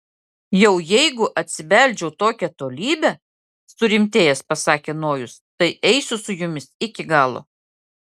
jau jeigu atsibeldžiau tokią tolybę surimtėjęs pasakė nojus tai eisiu su jumis iki galo